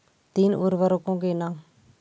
तीन उर्वरकों के नाम?